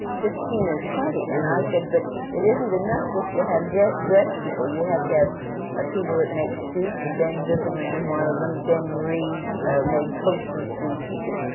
fifteen or twenty, and i said, but it isn't enough just to have dress people. you have to have ah people that make suits. and ben zuckerman was one of them. ben reig made coats and suits, you see.